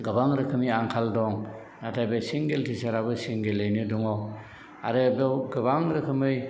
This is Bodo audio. गोबां रोखोमनि आंखाल दं नाथाय बे सिंगेल टिसार आबो सिंगेलैनो दङ आरो बेव गोबां रोखोमै